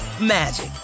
magic